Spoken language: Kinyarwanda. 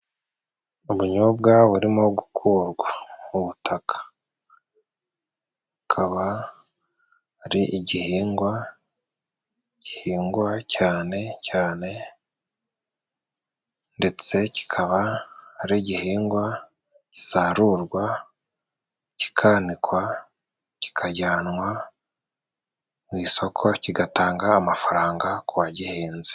Ubunyobwa burimo gukurwa mu butaka akaba ari igihingwa gihingwa cyane cyane ndetse kikaba ari igihingwa gisarurwa, kikanikwa , kikajyanwa mu isoko kigatanga amafaranga ku wagihinze.